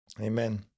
Amen